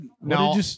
No